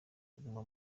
kuguma